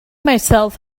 myself